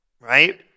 Right